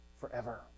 forever